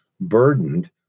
burdened